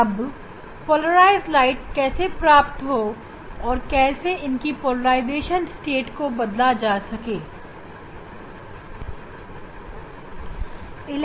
अब पोलराइज प्रकाश कैसे प्राप्त हो और इसकी पोलराइजेशन की अवस्था को कैसे बदला जा सकता है